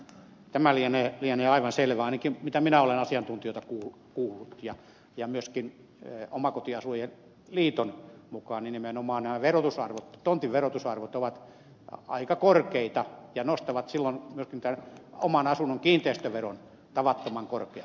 tämä lienee aivan selvää ainakin mitä minä olen asiantuntijoita kuullut ja myöskin omakotiasujien liiton mukaan nimenomaan tontin verotusarvot ovat aika korkeita ja nostavat silloin myöskin oman asunnon kiinteistöveron tavattoman korkeaksi